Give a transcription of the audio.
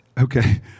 Okay